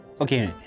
Okay